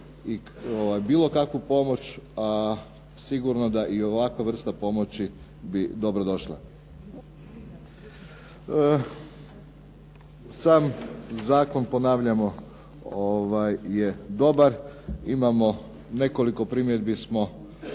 bilo kakvu pomoć, a sigurno da bi i ovakva vrsta pomoći bi dobro došla. Sam zakon ponavljamo je dobar. Imamo nekoliko primjedbi i